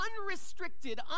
Unrestricted